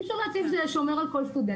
אי אפשר להציב שומר על כל סטודנט.